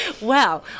Wow